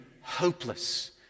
hopeless